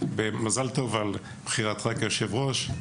ומזל טוב לאדוני על הבחירה ליושב-ראש.